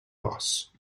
boss